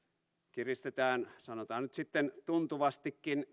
kiristetään sanotaan nyt sitten tuntuvastikin